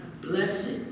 blessed